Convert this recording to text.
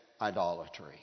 idolatry